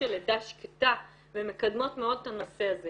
של לידה שקטה ומקדמות מאוד את הנושא הזה